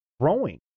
growing